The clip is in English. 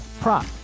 prop